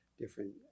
different